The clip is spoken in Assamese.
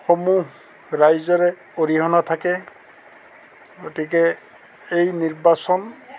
সমূহ ৰাইজৰে অৰিহণা থাকে গতিকে এই নিৰ্বাচন